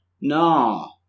no